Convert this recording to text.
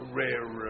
rare